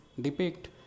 depict